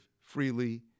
freely